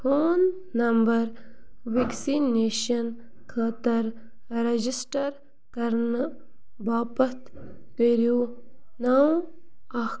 phone number vaccination خٲطٕر register کرنہٕ باپتھ کٔرِو نَو اَکھ